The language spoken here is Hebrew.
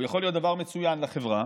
הוא יכול להיות דבר מצוין לחברה,